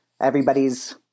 everybody's